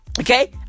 Okay